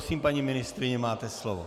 Prosím, paní ministryně, máte slovo.